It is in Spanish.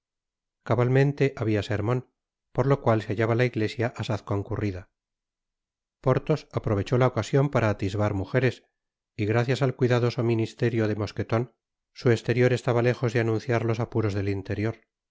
cabalmente habia sermon por lo cual se hallaba la iglesia asaz concurrida porthos aprovechó la ocasion para atisbar mujeres y gracias al cuidadoso ministerio de mosqueton su esterior estaba lejos de anunciar los apuros del interior su